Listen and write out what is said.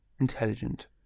intelligent